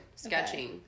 Sketching